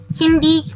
hindi